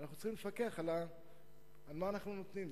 אנחנו צריכים לפקח על מה שאנחנו נותנים.